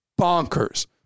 bonkers